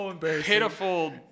pitiful